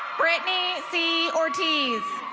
brittany c ortiz.